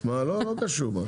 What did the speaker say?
לא קשור.